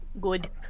good